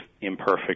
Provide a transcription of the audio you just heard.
imperfect